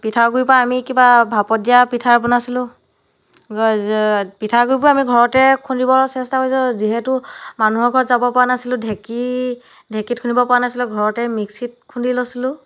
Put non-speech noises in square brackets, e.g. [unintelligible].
পিঠাগুড়িৰ পৰা আমি কিবা ভাপত দিয়া পিঠা বনাইছিলোঁ [unintelligible] পিঠাগুড়িবোৰ আমি ঘৰতে খুন্দিব চেষ্টা কৰিছিলোঁ যিহেতু মানুহৰ ঘৰত যাব পৰা নাছিলোঁ ঢেঁকী ঢেঁকীত খুন্দিব পৰা নাছিলোঁ ঘৰতে মিক্সিত খুন্দি লৈছিলোঁ